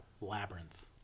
Labyrinth